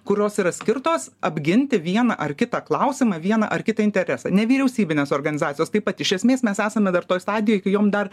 kurios yra skirtos apginti vieną ar kitą klausimą vieną ar kitą interesą nevyriausybinės organizacijos taip pat iš esmės mes esame dar toj stadijoj kai joms dar